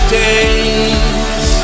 days